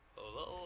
Hello